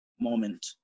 moment